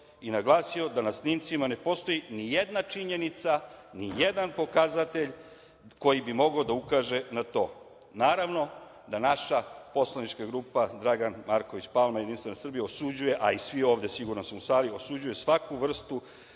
i naglasio da na snimcima ne postoji nijedna činjenica, nijedan pokazatelj koji bi mogao da ukaže na to. Naravno da naša Poslanička grupa Dragan Marković Palma – Jedinstvena Srbija osuđuje, a siguran sam i svi ovde u sali osuđuju svaku vrstu